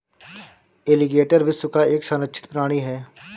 alligator विश्व का एक संरक्षित प्राणी है